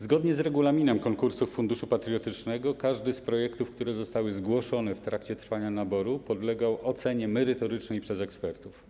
Zgodnie z regulaminem konkursu Funduszu Patriotycznego każdy z projektów, które zostały zgłoszone w trakcie trwania naboru, podlegał ocenie merytorycznej przez ekspertów.